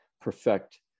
perfect